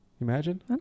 Imagine